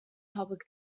public